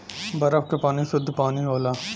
बरफ क पानी सुद्ध पानी होला